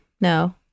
No